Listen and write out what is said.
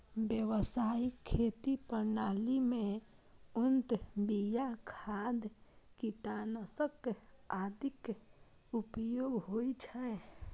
व्यावसायिक खेती प्रणाली मे उन्नत बिया, खाद, कीटनाशक आदिक उपयोग होइ छै